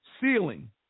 ceiling